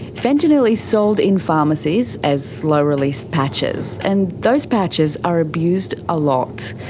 fentanyl is sold in pharmacies as slow-release patches, and those patches are abused a lot.